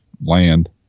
land